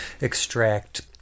extract